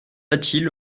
latil